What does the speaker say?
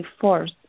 force